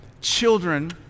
Children